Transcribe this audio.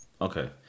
Okay